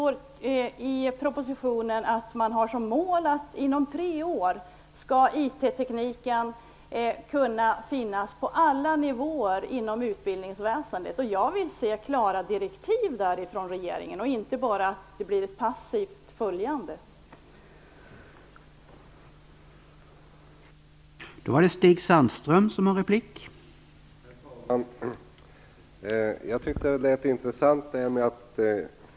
I propositionen sägs att man har som mål att informationstekniken inom tre år skall kunna finnas på alla nivåer inom utbildningsväsendet. Jag vill se klara direktiv från regeringen, inte att man bara passivt följer utvecklingen.